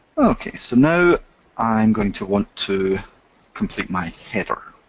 ok, so now i'm going to want to complete my header.